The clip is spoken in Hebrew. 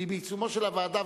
והיא בעיצומה של הישיבה,